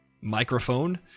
microphone